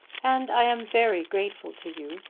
and i am very grateful to you,